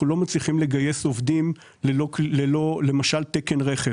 אנחנו לא מצליחים לגייס עובדים ללא תקן רכב,